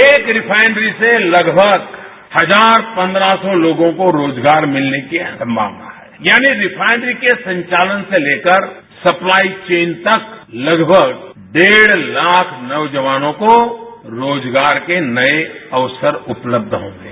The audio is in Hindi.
एक रिफाइनरी से लगभग हजार पन्द्रह सौ लोगों को रोजगार मिलने की संभावना है यानि रिफाइनरी के संचालन से लेकरसप्लाई चेन तक लगभग डेढ़ लाख नौजवानों को रोजगार के नये अवसर उपलब्ध होंगे